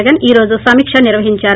జగన్ ఈ రోజు సమీకా నిర్వహించారు